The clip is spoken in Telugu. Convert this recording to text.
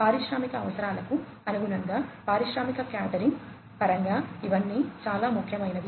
పారిశ్రామిక అవసరాలకు అనుగుణంగా పారిశ్రామిక క్యాటరింగ్ పరంగా ఇవన్నీ చాలా ముఖ్యమైనవి